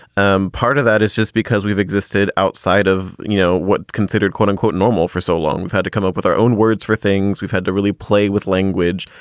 um part of that is just because we've existed outside of, you know, what considered quote unquote normal for so long. we've had to come up with our own words for things. we've had to really play with language.